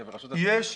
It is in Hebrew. זה ברשות הטבע והגנים.